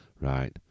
Right